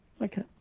Okay